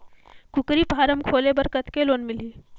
कूकरी फारम खोले बर कतेक लोन मिलही?